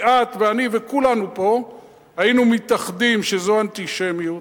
כי את ואני וכולנו פה היינו מתאחדים שזאת אנטישמיות,